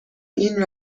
این